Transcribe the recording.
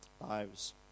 lives